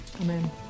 Amen